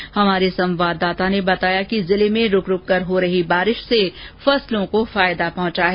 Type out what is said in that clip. करौली से हमारे संवाददाता ने बताया कि जिले में रुक रुक कर हो रही बारिश से फसलों को फायदा पहुंचा है